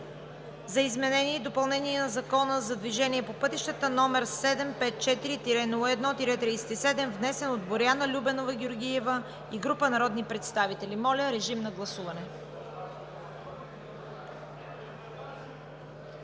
за изменение и допълнение на Закона за движение по пътищата, № 754-01-37, внесен от Боряна Любенова Георгиева и група народни представители. Гласували